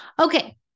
Okay